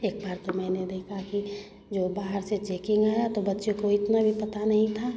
एक बार तो मैंने देखा कि जो बाहर से चेकिंग आया तो बच्चे को इतना भी पता नहीं था